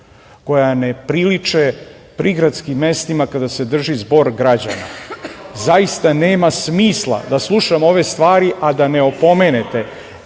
koja ne priliče prigradskim mestima kada se drži zbog građana. Zaista nema smisla da slušamo ove stvari, a da ne opomenete.